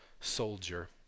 soldier